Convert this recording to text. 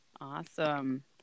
Awesome